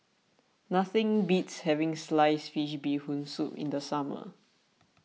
nothing beats having Sliced Fish Bee Hoon Soup in the summer